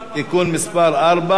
(תיקון מס' 4)